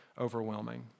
overwhelming